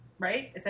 Right